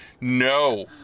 No